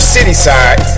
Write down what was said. Cityside